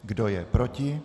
Kdo je proti?